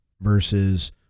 versus